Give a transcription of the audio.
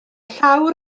llawr